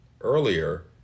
earlier